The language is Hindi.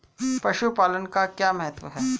पशुपालन का क्या महत्व है?